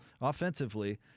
offensively